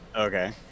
okay